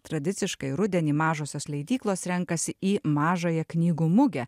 tradiciškai rudenį mažosios leidyklos renkasi į mažąją knygų mugę